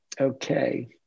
Okay